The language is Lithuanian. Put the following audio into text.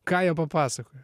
ką jie papasakojo